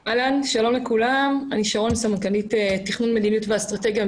אני סמנכ"לית תכנון מדיניות ואסטרטגיה.